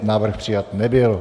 Návrh přijat nebyl.